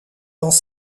dans